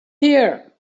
here